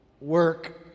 work